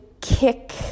kick